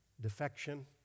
defection